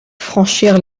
franchir